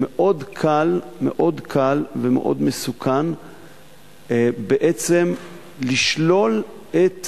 מאוד קל ומאוד מסוכן בעצם לשלול את